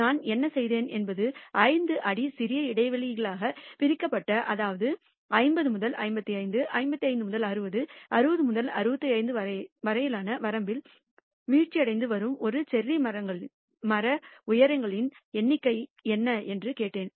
நான் என்ன செய்தேன் என்பது 5 அடி சிறிய இடைவெளிகளாகப் பிரிக்கப்பட்டு அதாவது 50 முதல் 55 55 முதல் 60 60 முதல் 65 வரையிலான வரம்பில் வீழ்ச்சியடைந்து வரும் செர்ரி மர உயரங்களின் எண்ணிக்கை என்ன என்று கேட்டேன்